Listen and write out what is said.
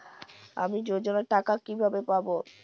আমি যোজনার টাকা কিভাবে পাবো?